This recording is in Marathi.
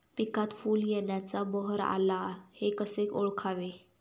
पिकात फूल येण्याचा बहर आला हे कसे ओळखावे?